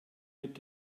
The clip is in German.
mit